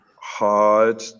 hard